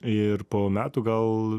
ir po metų gal